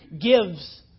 gives